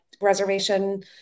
reservation